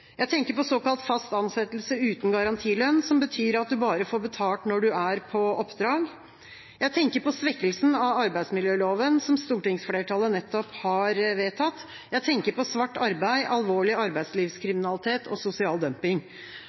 Jeg tenker på såkalt fast ansettelse uten garantilønn som betyr at du bare får betalt når du er på oppdrag. Jeg tenker på svekkelsen av arbeidsmiljøloven som stortingsflertallet nettopp har vedtatt. Jeg tenker på svart arbeid, alvorlig arbeidslivskriminalitet og sosial dumping.